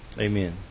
Amen